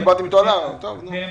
אתם